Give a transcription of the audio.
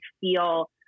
feel